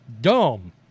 dumb